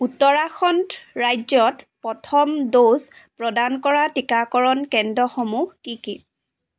উত্তৰাখণ্ড ৰাজ্যত প্ৰথম ড'জ প্ৰদান কৰা টীকাকৰণ কেন্দ্ৰসমূহ কি কি